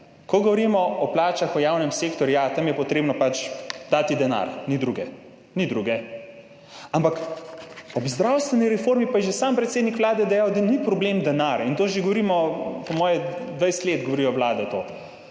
ko govorimo o plačah v javnem sektorju, ja, tam je treba pač dati denar, ni druge. Ampak ob zdravstveni reformi pa je že sam predsednik Vlade dejal, da ni problem denar, to po moje govorimo oziroma govorijo že 20